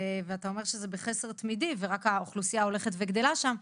ואתה אומר שזה בחסר תמידי והאוכלוסייה רק הולכת וגדלה שם.